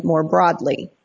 it more broadly